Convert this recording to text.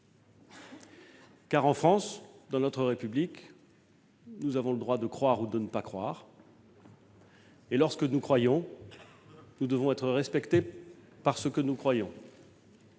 sacré. En France, dans notre République, nous avons le droit de croire ou de ne pas croire et, lorsque nous croyons, nous devons être respectés parce que nous croyons.